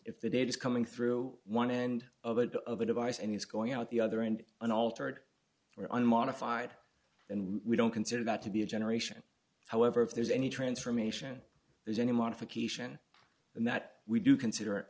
if the data is coming through one end of it of a device and it's going out the other end unaltered unmodified and we don't consider that to be a generation however if there's any transformation there's any modification and that we do consider